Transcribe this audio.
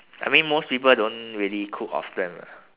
I mean most people don't really cook often lah